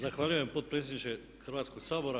Zahvaljujem potpredsjedniče Hrvatskog sabora.